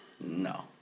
No